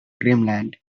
dreamland